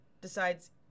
decides